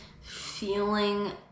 feeling